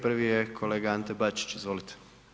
Prvi je kolega Ante Bačić, izvolite.